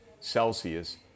Celsius